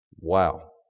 Wow